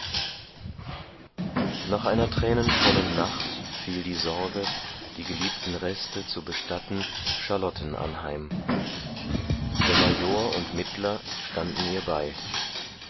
nach einer tränenvollen nacht fiel die sorge die geliebten reste zu bestatten charlotten anheim der major und mittler standen ihr bei